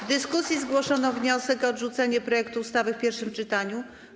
W dyskusji zgłoszono wniosek o odrzucenie projektu ustawy w pierwszym czytaniu.